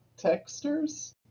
Texters